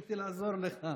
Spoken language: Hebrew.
ניסיתי לעזור לך.